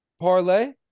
parlay